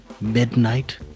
Midnight